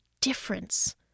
Difference